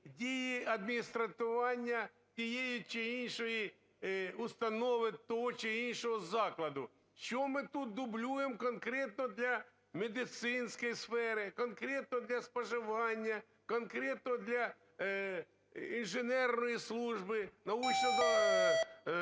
дії адміністрування тієї чи іншої установи, того чи іншого закладу. Що ми тут дублюємо: конкретно для медичної сфери, конкретно для споживання, конкретно для інженерної служби, науково-дослідного